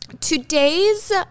Today's